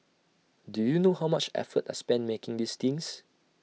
do you know how much effort I spent making these things